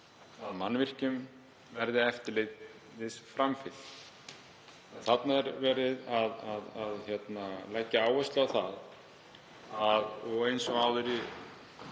að mannvirkjum verði eftirleiðis framfylgt. Þarna er verið að leggja áherslu á, og eins og áður